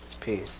Peace